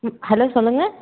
ம் ஹலோ சொல்லுங்க